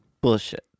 Bullshit